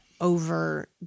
over